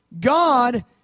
God